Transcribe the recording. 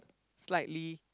slightly